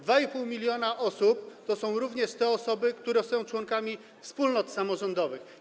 2,5 mln osób to są również te osoby, które są członkami wspólnot samorządowych.